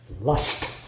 lust